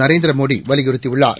நரேந்திர மோடி வலியுறுத்தியுள்ளார்